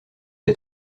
des